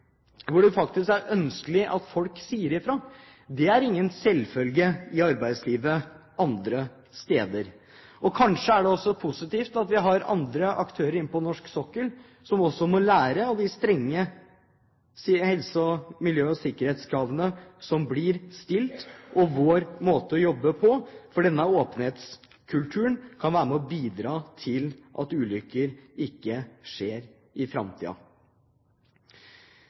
hvor det faktisk er ønskelig at folk sier fra. Det er ingen selvfølge i arbeidslivet andre steder. Kanskje er det også positivt at vi har andre aktører inne på norsk sokkel, aktører som også må lære av de strenge helse-, miljø- og sikkerhetskravene som blir stilt, og av vår måte å jobbe på. Denne åpenhetskulturen kan være med og bidra til at ulykker ikke skjer i